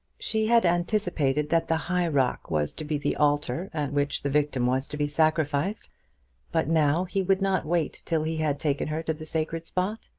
she had anticipated that the high rock was to be the altar at which the victim was to be sacrificed but now he would not wait till he had taken her to the sacred spot.